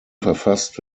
verfasst